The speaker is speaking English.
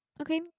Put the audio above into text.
Okay